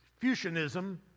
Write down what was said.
fusionism